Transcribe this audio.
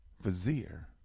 vizier